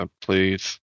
Please